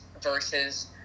versus